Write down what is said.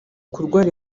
kurwara